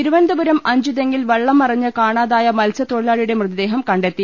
തിരുവനന്തപുരം അഞ്ചുതെങ്ങിൽ വള്ളം മറിഞ്ഞ് കാണാതായ മത്സ്യ തൊഴിലാളിയുടെ മൃതദേഹം കണ്ടെത്തി